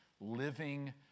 living